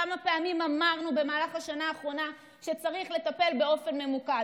כמה פעמים אמרנו במהלך השנה האחרונה שצריך לטפל באופן ממוקד?